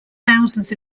thousands